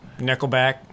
Nickelback